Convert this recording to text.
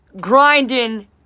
grinding